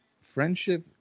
friendship